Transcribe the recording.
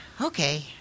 Okay